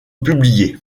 publié